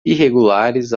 irregulares